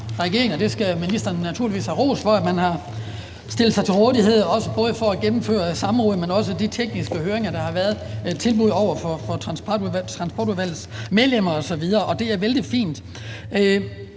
det skal ministeren naturligvis have ros for – stillet sig til rådighed, både for at gennemføre samråd, men også i forbindelse med de tekniske høringer, der har været, tilbud over for Transportudvalgets medlemmer osv. Det er vældig fint,